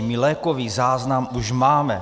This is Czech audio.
My lékový záznam už máme.